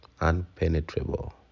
unpenetrable